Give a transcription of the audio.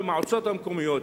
במועצות המקומיות,